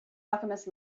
alchemist